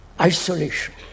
isolation